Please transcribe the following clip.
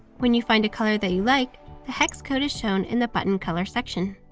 when you find a color that you like, the hex code is shown in the button color section.